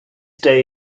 day